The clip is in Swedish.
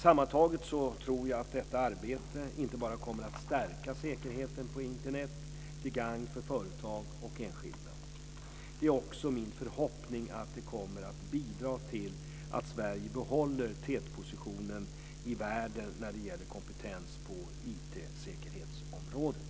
Sammantaget tror jag att detta arbete inte bara kommer att stärka säkerheten på Internet till gagn för företag och enskilda. Det är också min förhoppning att det kommer att bidra till att Sverige behåller tätpositionen i världen när det gäller kompetens på IT